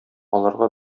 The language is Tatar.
аларга